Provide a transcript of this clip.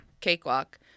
cakewalk